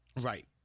Right